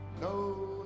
no